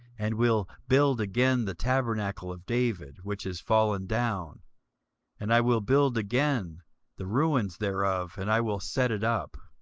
and will build again the tabernacle of david, which is fallen down and i will build again the ruins thereof, and i will set it up